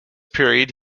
period